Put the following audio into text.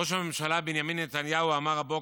ראש הממשלה בנימין נתניהו אמר הבוקר,